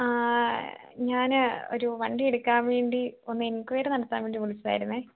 ഞാൻ ഒരു വണ്ടി എടുക്കാൻ വേണ്ടി ഒന്ന് എൻക്വയറി നടത്താൻവേണ്ടി വിളിച്ചതായിരുന്നെ